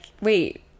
wait